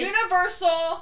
Universal